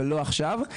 ולא עכשיו,